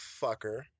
fucker